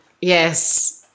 Yes